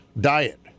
diet